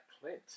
Clint